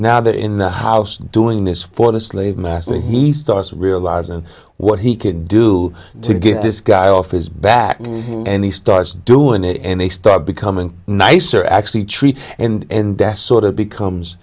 now they're in the house doing this for the slave master and he starts realizing what he can do to get this guy off his back and he starts doing any start becoming nice or actually treat and best sort of becomes